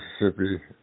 Mississippi